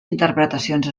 interpretacions